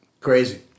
Crazy